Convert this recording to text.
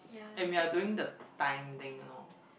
and we are doing the time thing you know